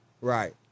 Right